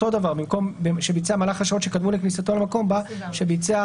במקום "שביצע במהלך 24 השעות שקדמו לכניסתו למקום" בא "שביצע